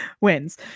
wins